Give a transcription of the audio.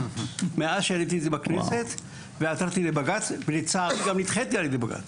מאז שהעליתי את זה בכנסת ועתרתי לבג"ץ ולצערי גם נדחיתי על ידי בג"ץ.